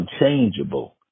unchangeable